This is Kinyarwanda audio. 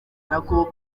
nako